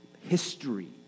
history